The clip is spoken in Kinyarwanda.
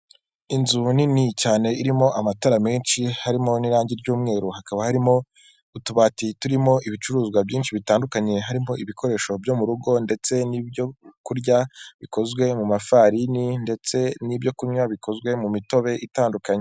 Inzu nini cyane irimo amatara menshi harimo n'irangi ry'umweru hakaba harimo, utubati turimo ibicuruzwa byinshi bitandukanye harimo ibikoresho byo mu rugo ndetse n'ibyo kurya, bikozwe mu mafarini ndetse n'ibyo kunywa bikozwe mu mitobe itandukanye.